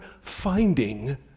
finding